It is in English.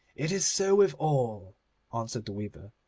it is so with all answered the weaver,